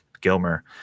Gilmer